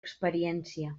experiència